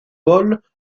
vol